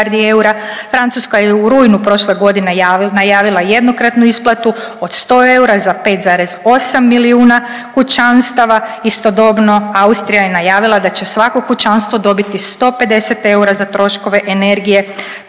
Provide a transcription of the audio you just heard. Francuska je u rujnu prošle godine najavila jednokratnu isplatu od 100 eura za 5,8 milijuna kućanstava, istodobno Austrija je najavila da će svako kućanstvo dobiti 150 eura za troškove energije